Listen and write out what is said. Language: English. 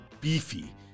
beefy